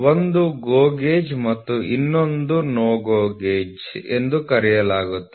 ಒಂದು GO gauge ಮತ್ತು ಇನ್ನೊಂದನ್ನು NO GO ಗೇಜ್ ಎಂದು ಕರೆಯಲಾಗುತ್ತದೆ